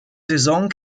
saison